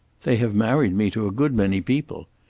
they have married me to a good many people.